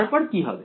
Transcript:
তারপর কি হবে